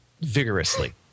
vigorously